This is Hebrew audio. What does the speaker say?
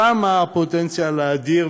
שם הפוטנציאל האדיר,